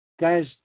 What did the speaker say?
Guys